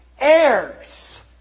heirs